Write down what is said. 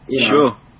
Sure